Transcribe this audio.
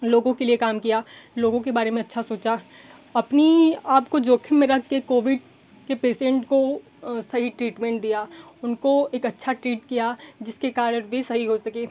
लोगों के लिए काम किया लोगों के बारे में अच्छा सोचा अपनी आपको जोखिम में रख के कोविड्स के पेसेन्ट को सही ट्रीटमेंट दिया उनको एक अच्छा ट्रीट किया जिसके कारण वे सही हो सके